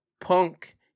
Punk